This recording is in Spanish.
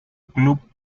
club